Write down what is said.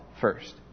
first